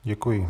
Děkuji.